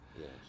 Yes